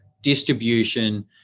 distribution